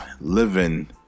living